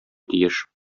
тиеш